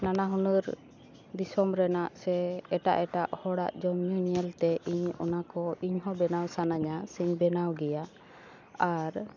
ᱱᱟᱱᱟ ᱦᱩᱱᱟᱹᱨ ᱫᱤᱥᱚᱢ ᱨᱮᱱᱟᱜ ᱥᱮ ᱮᱴᱟᱜ ᱮᱴᱟᱜ ᱦᱚᱲᱟᱜ ᱡᱚᱢᱼᱧᱩ ᱧᱮᱞᱛᱮ ᱤᱧ ᱚᱱᱟᱠᱚ ᱤᱧᱦᱚᱸ ᱵᱮᱱᱟᱣ ᱥᱟᱱᱟᱧᱟ ᱥᱮᱧ ᱵᱮᱱᱟᱣ ᱜᱮᱭᱟ ᱟᱨ